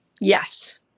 yes